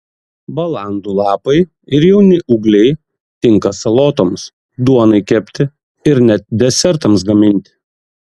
balandų lapai ir jauni ūgliai tinka salotoms duonai kepti ir net desertams gaminti